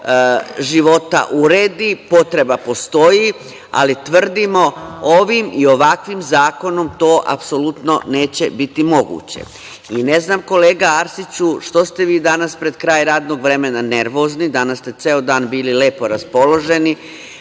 života uredi, potreba postoji, ali tvrdimo ovim i ovakvim zakonom to apsolutno neće biti moguće. Ne znam, kolega Arsiću, što ste vi danas pred kraj radnog vremena nervozni, danas ste ceo dan bili lepo raspoloženi.